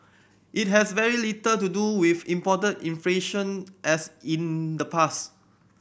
it has very little to do with imported inflation as in the past